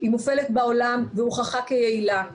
והיא מופעלת בכל הפגנה והפגנה גם בבלפור.